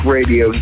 Radio